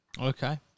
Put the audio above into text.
Okay